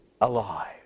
alive